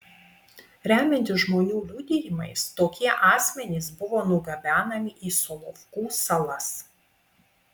remiantis žmonių liudijimais tokie asmenys buvo nugabenami į solovkų salas